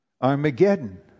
Armageddon